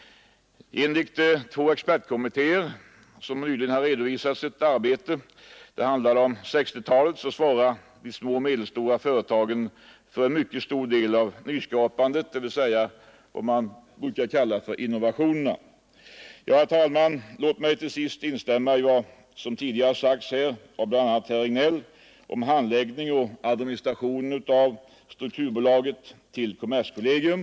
Enligt två expertkommittéer — det handlade om 1960-talet — svarade de små och medelstora företagen för en mycket stor del av nyskapandet, dvs. vad man brukar kalla för innovationer. Herr talman! Låt mig till sist instämma i vad som tidigare sagts av bl.a. herr Regnéll om att förlägga administrationen av det föreslagna aktiebolaget för lämnande av strukturgarantier till kommerskollegium.